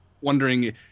wondering